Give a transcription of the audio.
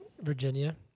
Virginia